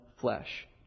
flesh